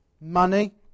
money